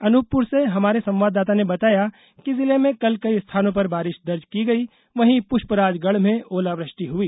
अनूपपुर से हमारे संवाददाता ने बताया कि जिले में कल कई स्थानों पर बारिश दर्ज की गई वहीं प्रष्पराजगढ़ में ओलावृष्टि हुई